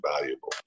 valuable